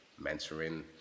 mentoring